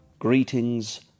Greetings